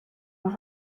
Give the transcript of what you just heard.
nos